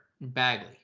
Bagley